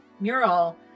mural